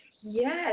Yes